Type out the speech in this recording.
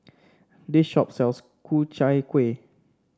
this shop sells Ku Chai Kuih